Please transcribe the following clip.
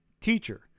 Teacher